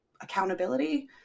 accountability